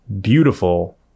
beautiful